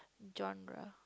genre